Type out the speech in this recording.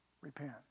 repent